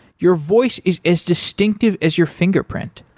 your voice is as distinctive as your fingerprint.